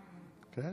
כן,